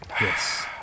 Yes